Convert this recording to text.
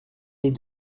les